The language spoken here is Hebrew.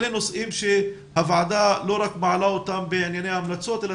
אלה נושאים שהוועדה לא רק מעלה אותם בענייני המלצות אלא